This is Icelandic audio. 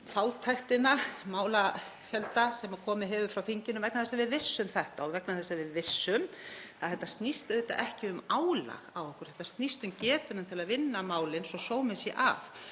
málafjölda sem komið hefur frá þinginu vegna þess að við vissum þetta og vegna þess að við vissum að þetta snýst auðvitað ekki um álag á okkur. Þetta snýst um getu til að vinna málin svo að sómi sé að.